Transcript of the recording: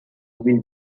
will